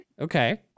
Okay